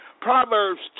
Proverbs